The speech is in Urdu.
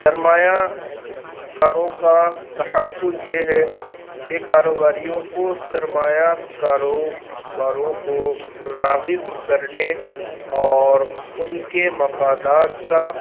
سرمایہ کاروں کا تحفظ یہ ہے کہ کاروباریوں کو سرمایہ کاروباروں کو راغب کرنے اور ان کے مفادات کا